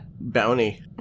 Bounty